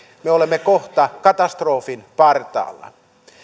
me olemme kohta katastrofin partaalla